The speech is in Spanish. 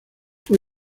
fue